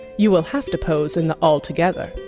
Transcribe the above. you will have to pose in the altogether.